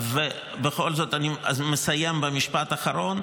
אני מסיים במשפט אחרון,